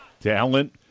Talent